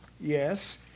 Yes